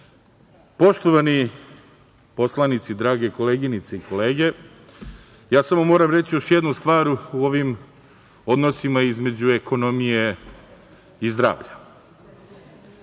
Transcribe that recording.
ponašam. Poštovani poslanici, drage koleginice i kolege, ja samo moram reći još jednu stvar u ovim odnosima između ekonomije i zdravlja.